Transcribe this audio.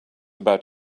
about